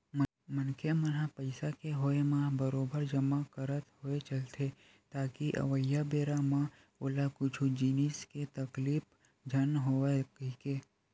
मनखे मन ह पइसा के होय म बरोबर जमा करत होय चलथे ताकि अवइया बेरा म ओला कुछु जिनिस के तकलीफ झन होवय कहिके